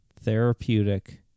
Therapeutic